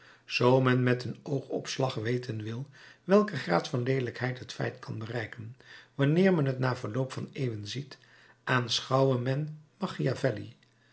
men met een oogopslag weten wil welken graad van leelijkheid het feit kan bereiken wanneer men het na verloop van eeuwen ziet aanschouwe men